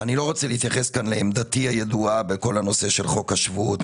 אני לא רוצה להתייחס כאן לעמדתי הידועה בכל הנושא של חוק השבות,